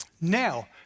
Now